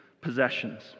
possessions